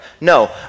No